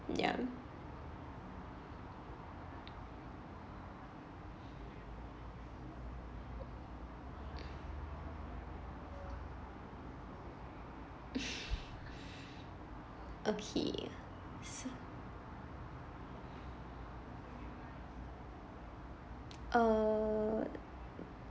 ya okay so err